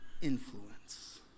influence